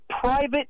private